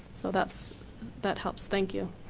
so that's that helps. thank you.